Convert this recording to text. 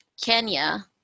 Kenya